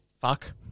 fuck